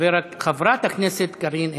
חברת הכנסת קארין אלהרר,